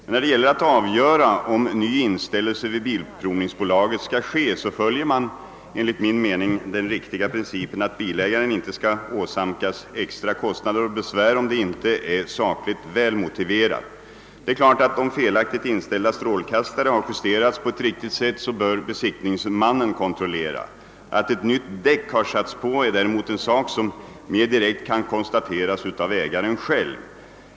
Men när det gäller att avgöra huruvida en ny inställelse vid bilprovningsanstalten skall ske följer man den enligt min mening riktiga principen, att bilägaren inte skall åsamkas extra kostnader och besvär, om detta inte är sak ligt välmotiverat. Att felaktigt inställda strålkastare har justerats på ett riktigt sätt bör en besiktningsman kontrollera, men att ett nytt däck har monterats på bilen kan bilägaren så att säga själv konstatera.